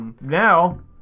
Now